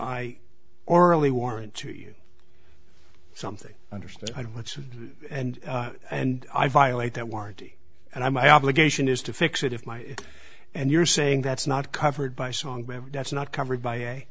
i orally warrant to you something understood what's and and i violate that warranty and i my obligation is to fix it if my and you're saying that's not covered by song that's not covered by